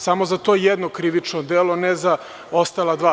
Samo za to jedno krivično delo, ne za ostala dva.